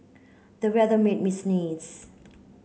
the weather made me sneeze